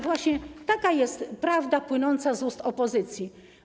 Właśnie taka jest prawda płynąca z ust opozycji.